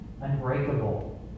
unbreakable